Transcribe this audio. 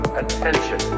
attention